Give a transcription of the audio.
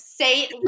say